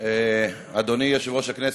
אדוני יושב-ראש הכנסת,